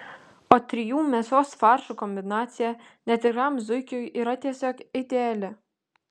o trijų mėsos faršų kombinacija netikram zuikiui yra tiesiog ideali